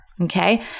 okay